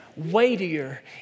Weightier